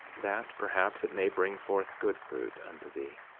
that perhaps it may bring forth good fruit unto thee,